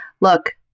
look